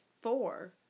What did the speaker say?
four